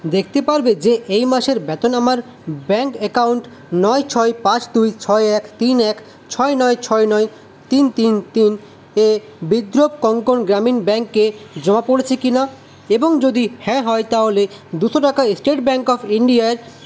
দেখতে পারবে যে এই মাসের বেতন আমার ব্যাঙ্ক অ্যাকাউন্ট নয় ছয় পাঁচ দুই ছয় এক তিন এক ছয় নয় ছয় নয় তিন তিন তিন এ বিদর্ভ কোঙ্কণ গ্রামীণ ব্যাঙ্কে জমা পড়েছে কি না এবং যদি হ্যাঁ হয় তাহলে দুশো টাকা স্টেট ব্যাঙ্ক অফ ইন্ডিয়ার